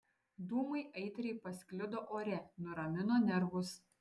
dūmai aitriai pasklido ore nuramino nervus